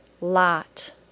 lot